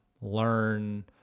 learn